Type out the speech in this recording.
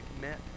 met